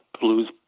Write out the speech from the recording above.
blues